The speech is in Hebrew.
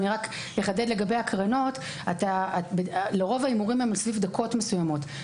לגבי הקרנות - רוב ההימורים הן סביב דקות מסוימות.